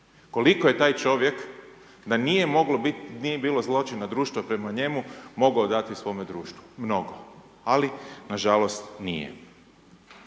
Koliko je taj čovjek, da nije bilo zločina društva prema njemu, mogao dati svome društvu. Mnogo, ali na žalost, nije.